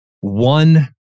one